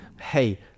hey